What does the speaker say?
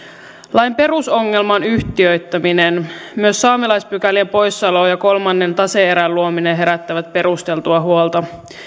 lain perusongelma on yhtiöittäminen myös saamelaispykälien poissaolo ja kolmannen tase erän luominen herättävät perusteltua huolta